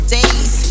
days